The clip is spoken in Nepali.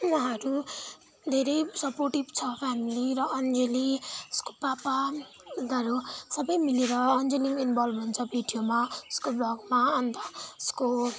उहाँहरू धेरै सपोर्टिभ छ फ्यामिली र अञ्जली उसको पापा उनीहरू सबै मिलेर अञ्जली पनि इन्भल्भ हुन्छ भिडियोमा उसको ब्लगमा अन्त उसको